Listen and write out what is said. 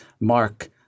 mark